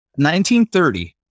1930